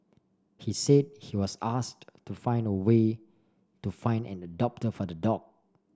he said he was asked to find own way to find an adopter for the dog